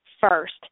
first